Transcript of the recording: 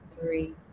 three